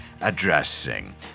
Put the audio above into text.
addressing